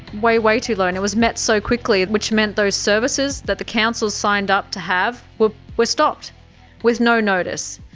way, way too low, and it was met so quickly, which meant those services that the councils signed up to have were were stopped with no notice.